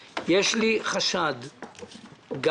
אני מבקש ממשרדי הממשלה הרלוונטיים משרד התיירות,